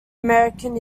american